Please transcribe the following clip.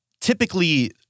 typically